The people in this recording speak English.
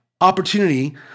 opportunity